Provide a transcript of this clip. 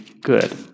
good